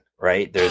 right